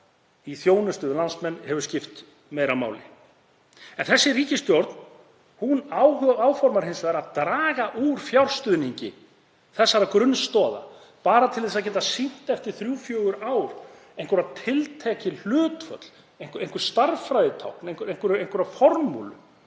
í þjónustu við landsmenn hefur skipt meira máli. En ríkisstjórnin áformar hins vegar að draga úr fjárstuðningi þessara grunnstoða bara til að geta sýnt eftir þrjú, fjögur ár einhver tiltekin hlutföll, einhver stærðfræðitákn, einhverja formúlu.